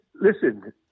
listen